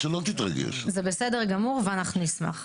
זה בסדר גמור ואנחנו נשמח.